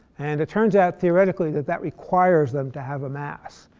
and it turns out, theoretically, that that requires them to have a mass.